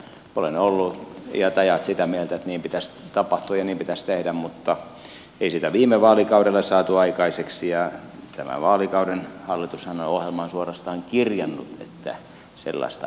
olen ollut iät ajat sitä mieltä että niin pitäisi tapahtua ja niin pitäisi tehdä mutta ei sitä viime vaalikaudella saatu aikaiseksi ja tämän vaalikauden hallitushan on ohjelmaan suorastaan kirjannut että sellaista ei sitten tehdä